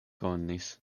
konis